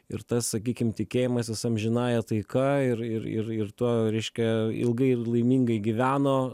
ir tas sakykim tikėjimasis amžinąja taika ir ir ir ir tuo reiškia ilgai ir laimingai gyveno